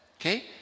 Okay